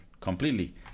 completely